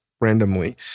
randomly